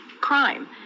crime